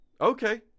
Okay